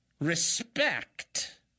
respect